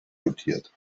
dotiert